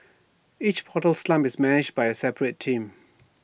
each portal sump is managed by A separate team